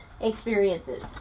experiences